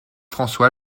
françois